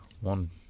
one